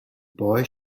boy